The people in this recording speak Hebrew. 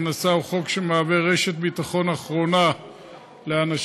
הוא חוק שמהווה רשת ביטחון אחרונה לאנשים